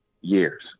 years